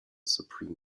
supreme